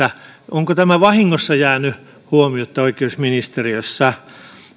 onko tämä vahingossa jäänyt huomiotta oikeusministeriössä kun